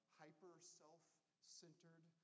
hyper-self-centered